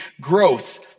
growth